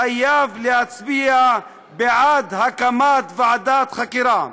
חייב להצביע בעד הקמת ועדת חקירה.